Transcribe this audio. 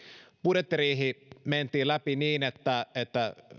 budjettiriihi mentiin läpi niin että että